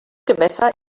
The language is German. gewässer